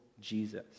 Jesus